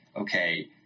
okay